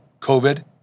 COVID